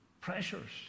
pressures